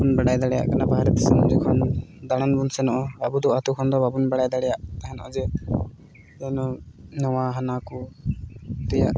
ᱟᱵᱚ ᱵᱚᱱ ᱵᱟᱲᱟᱭ ᱫᱟᱲᱮᱭᱟᱜ ᱠᱟᱱᱟ ᱵᱟᱦᱨᱮ ᱫᱤᱥᱚᱢ ᱡᱚᱠᱷᱚᱱ ᱫᱟᱬᱟᱱ ᱵᱚᱱ ᱥᱮᱱᱚᱜᱼᱟ ᱟᱵᱚ ᱫᱚ ᱟᱹᱛᱩ ᱠᱷᱚᱱ ᱫᱚ ᱵᱟᱵᱚᱱ ᱵᱟᱲᱟᱭ ᱫᱟᱲᱮᱭᱟᱜ ᱠᱟᱱᱟ ᱡᱮ ᱛᱤᱱᱟᱹᱜ ᱱᱚᱣᱟ ᱦᱟᱱᱟ ᱠᱚ ᱛᱮᱭᱟᱜ